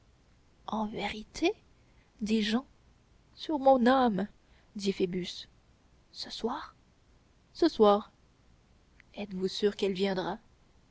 en vérité dit jehan sur mon âme dit phoebus ce soir ce soir êtes-vous sûr qu'elle viendra